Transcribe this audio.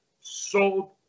sold